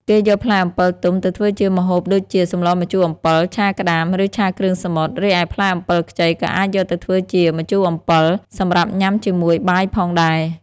គេយកផ្លែអំពិលទុំទៅធ្វើជាម្ហូបដូចជា សម្លរម្ជូរអំពិល ឆាក្ដាម ឬ ឆាគ្រឿងសមុទ្រ។ រីឯផ្លែអំពិលខ្ចីក៏អាចយកទៅធ្វើជា ម្ជូរអំពិល សម្រាប់ញ៉ាំជាមួយបាយផងដែរ។